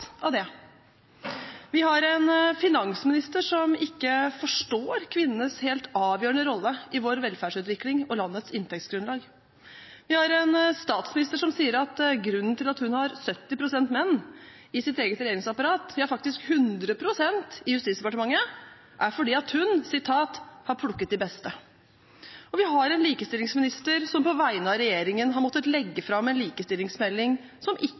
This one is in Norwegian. av det. Vi har en finansminister som ikke forstår kvinnenes helt avgjørende rolle i vår velferdsutvikling og landets inntektsgrunnlag. Vi har en statsminister som sier at grunnen til at hun har 70 pst. menn i sitt eget regjeringsapparat – ja faktisk 100 pst. i Justisdepartementet – er at hun har plukket de beste. Og vi har en likestillingsminister som på vegne av regjeringen har måttet legge fram en likestillingsmelding som ikke